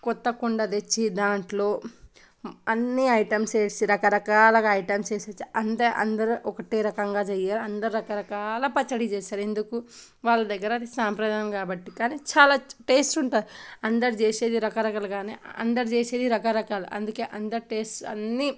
కొత్త కుండ తెచ్చి దాంట్లో అన్ని ఐటమ్స్ వేసి రకరకాలగా ఐటమ్స్ వేసొచ్చి అంతే అందరూ ఒక్కటే రకంగా చెయ్యరు అందరు రకరకాల పచ్చడి చేస్తారు ఎందుకు వాళ్ళ దగ్గర అది సాంప్రదాయం కాబట్టి కానీ చాలా టేస్ట్ ఉంటుంది అందరు చేసేది రకరకాలుగానే అందరు చేసేది రకరకాలు అందుకే అందరు టేస్ట్ అన్ని